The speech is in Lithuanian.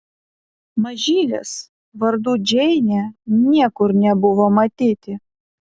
mažylės vardu džeinė niekur nebuvo matyti